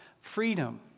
freedom